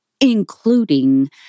including